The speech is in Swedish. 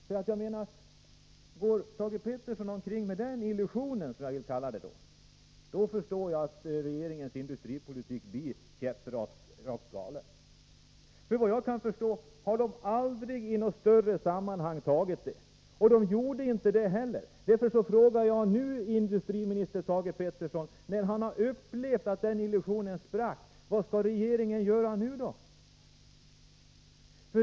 Går Thage Peterson omkring med den illusionen, som jag vill kalla det, förstår jag att regeringens industripolitik blir käpprakt galen. Såvitt jag kan förstå har dessa personer aldrig i något större sammanhang tagit ägaransvaret — och de gjorde det inte nu heller. Därför frågar jag industriminister Thage Peterson, sedan han har upplevt att denna illusion sprack: Vad skall regeringen göra nu?